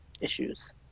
issues